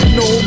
no